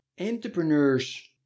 entrepreneurs